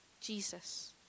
Jesus